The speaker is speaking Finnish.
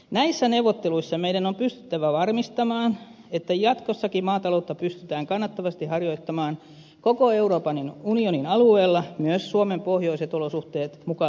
näissä neuvotteluissa meidän on pystyttävä varmistamaan että jatkossakin maataloutta pystytään kannattavasti harjoittamaan koko euroopan unionin alueella myös suomen pohjoiset olosuhteet mukaan lukien